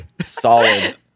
solid